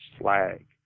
flag